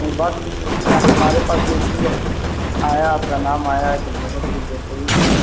بات تو صحیح ہے ہمارے پاس اس لیے آیا آپ کا نام آیا ہے تو بہت ہی بہترین ہے